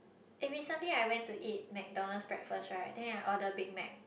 eh recently I went to eat McDonalds breakfast right then I order Big-Mac